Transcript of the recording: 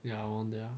ya around there ah